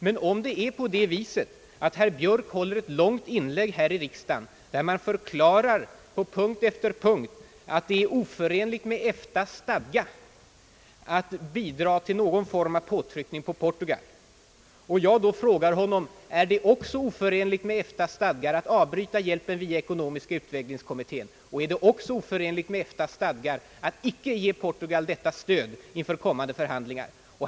Men bakgrunden till debatten är ju att herr Björk höll ett långt anförande i denna kammare, varvid han på punkt efter punkt förklarade att det är oförenligt med EFTA:s stadgar att bidra till någon form av påtryckning mot Portugal. Därefter frågade jag honom om det också är oförenligt med EFTA:s stadgar att avbryta hjälpen via den ekonomiska utvecklingskommittén och även att underlåta att lämna Portugal stöd inför kommande förhandlingar med EEC.